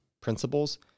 principles